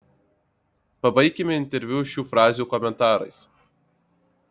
pabaikime interviu šių frazių komentarais